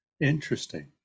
Interesting